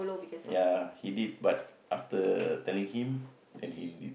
ya he did but after telling him then he did